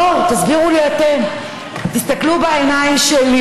בואו, תסבירו לי אתם, תסתכלו בעיניים שלי,